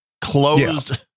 closed